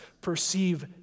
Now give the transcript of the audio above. perceive